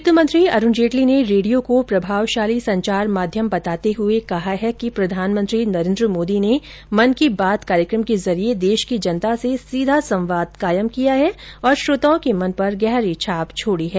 वित्त मंत्री अरूण जेटली ने रेडियो को प्रभावशाली संचार माध्यम बताते हुए कहा है कि प्रधानमंत्री नरेन्द्र मोदी ने मन की बात के जरिये देश की जनता से सीधा संवाद कायम किया है और श्रोताओं के मन पर गहरी छाप छोडी है